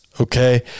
Okay